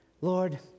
Lord